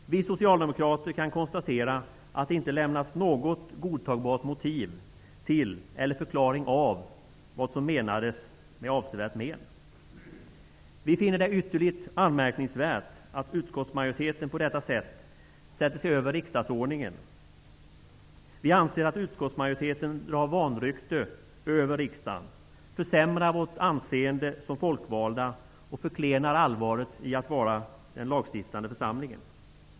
Vi socialdemokrater kan konstatera att det inte lämnats något godtagbart motiv till eller förklaring av vad som menas med avsevärt men. Vi finner det ytterligt anmärkningsvärt att utskottsmajoriteten på detta sätt sätter sig över riksdagsordningen. Vi anser att utskottsmajoriteten drar vanrykte över riksdagen, försämrar vårt anseende som folkvalda och förklenar allvaret i att vara den lagstiftande församlingen.